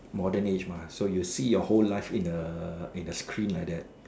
modern age mah so you see your whole life in a in a screen like that